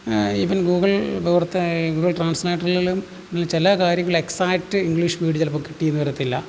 even Google വിവർത്ത Google ട്രാൻസിലേറ്ററിലെല്ലും ചില കാര്യങ്ങശ്ർ എക്സാക്ട് ഇംഗ്ലീഷ് വേഡ് ചിലപ്പോള് കിട്ടിയെന്നു വരത്തില്ല